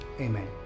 amen